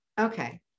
Okay